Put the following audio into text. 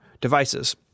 devices